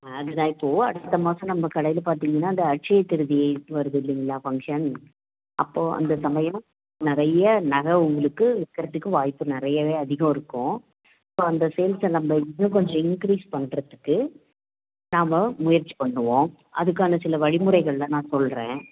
அது தான் இப்போ அடுத்த மாதம் நம்ப கடையில் பார்த்திங்கன்னா இந்த அட்சய திருதியை வருதில்லிங்களா ஃபங்க்ஷன் அப்போ அந்த சமயம் நிறைய நகை உங்களுக்கு விற்கிறதுக்கு வாய்ப்பு நிறையவே அதிகம் இருக்கும் இப்போ அந்த சேல்ஸை நம்ப இன்னும் கொஞ்சம் இன்க்ரீஸ் பண்ணுறதுக்கு நாம முயற்சி பண்ணுவோம் அதுக்கான சில வழிமுறைகள்லாம் நான் சொல்லுறேன்